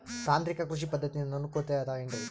ತಾಂತ್ರಿಕ ಕೃಷಿ ಪದ್ಧತಿಯಿಂದ ಅನುಕೂಲತೆ ಅದ ಏನ್ರಿ?